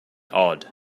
odd